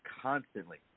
constantly